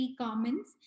comments